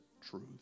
truth